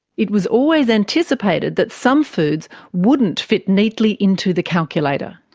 it was always anticipated that some foods wouldn't fit neatly into the calculator.